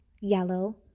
yellow